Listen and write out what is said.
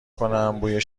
کنم، بوی